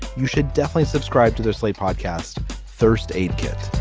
you should definitely subscribe to their slate podcast first aid kit